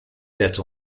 set